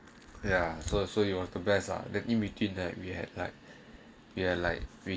ya so so you want the best are the in between that we had like ya like